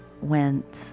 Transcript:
Went